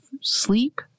sleep